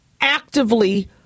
actively